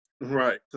Right